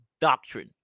doctrine